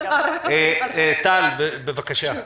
טל ברגמן, בבקשה.